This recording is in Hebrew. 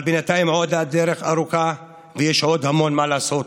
אבל בינתיים עוד הדרך ארוכה ויש עוד המון מה לעשות,